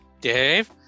Dave